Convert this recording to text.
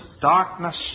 darkness